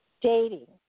Dating